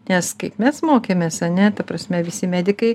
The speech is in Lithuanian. nes kaip mes mokėmės ane ta prasme visi medikai